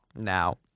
now